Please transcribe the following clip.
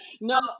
No